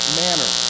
manner